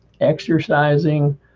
exercising